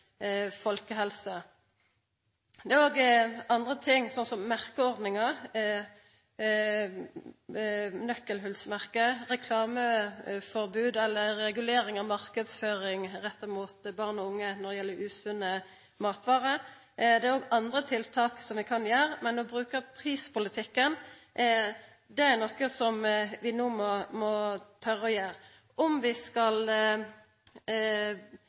folkehelse. Det er òg andre ting, slik som merkeordningar, nøkkelholsmerke, reklameforbod eller regulering av marknadsføring retta mot born og unge når det gjeld usunne matvarer. Det er òg andre tiltak som ein kan gjera, men å bruka prispolitikken er noko som vi no må